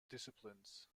disciplines